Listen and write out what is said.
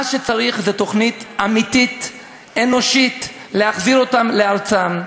מה שצריך זה תוכנית אמיתית אנושית להחזיר אותם לארצם.